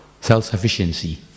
self-sufficiency